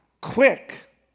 quick